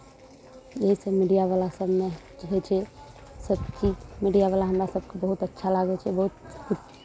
यही सभ मीडियावला सभमे होइ छै सभचीज मीडियावला हमरा सभके बहुत अच्छा लागै छै बहुत